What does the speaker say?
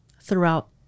throughout